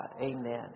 amen